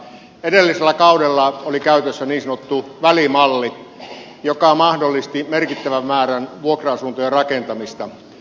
edellisellä kaudella oli käytössä niin sanottu välimalli joka mahdollisti merkittävän määrän vuokra asuntojen rakentamista